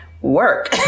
work